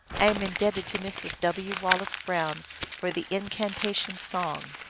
i am indebted to mrs. w. wallace brown for the incantation song.